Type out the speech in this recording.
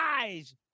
eyes